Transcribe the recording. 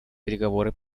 переговоры